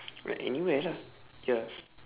ah anywhere lah ya